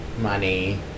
money